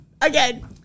again